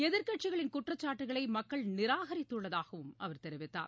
எதிர்க்கட்சிகளின் குற்றச்சாட்டுகளை மக்கள் நிராகரித்துள்ளதாகவும் அவர் தெரிவித்தார்